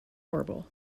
horrible